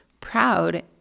proud